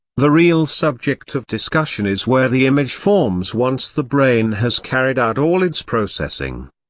the real subject of discussion is where the image forms once the brain has carried out all its processing.